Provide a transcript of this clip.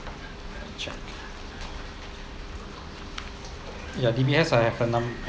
ya D_B_S I have a number